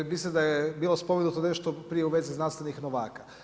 Mislim da je bilo spomenuto nešto prije u vezi znanstvenih novaka.